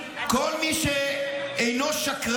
מה שאתה